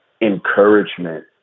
encouragement